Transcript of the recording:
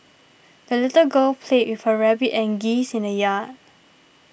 the little girl played with her rabbit and geese in the yard